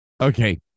Okay